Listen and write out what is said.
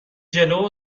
جلو